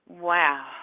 Wow